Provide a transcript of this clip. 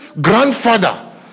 grandfather